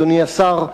אדוני השר,